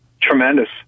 Tremendous